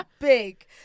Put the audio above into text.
big